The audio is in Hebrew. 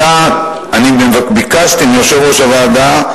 ביקשתי מיושב-ראש הוועדה,